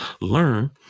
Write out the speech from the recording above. learn